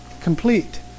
complete